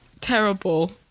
terrible